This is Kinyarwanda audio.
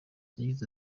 yagize